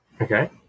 Okay